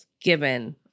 given